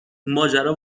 ماجرا